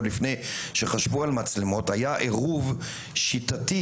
עוד לפני שחשבו על מצלמות היה עירוב שיטתי